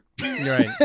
Right